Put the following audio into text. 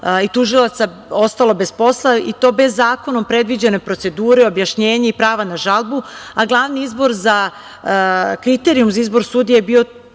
i tužilaca, ostalo bez posla i to bez zakonom predviđene procedure, objašnjenje i prava na žalbu, a glavni izbor, kriterijum za izbor sudija je bio